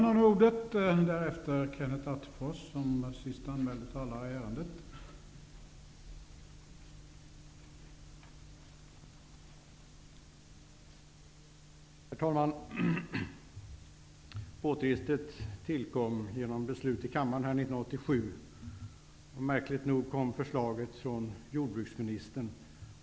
Herr talman! Båtregistret tillkom genom beslut här i kammaren 1987. Märkligt nog kom förslaget från jordbruksministern.